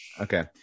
Okay